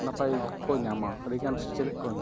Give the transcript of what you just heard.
ᱱᱟᱯᱟᱭ ᱠᱚᱠᱚ ᱧᱟᱢᱟ ᱟᱹᱰᱤᱜᱟᱱ ᱥᱮᱪᱨᱮᱫ ᱠᱚ ᱧᱟᱢᱟ